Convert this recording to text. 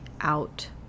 out